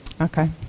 okay